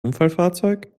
unfallfahrzeug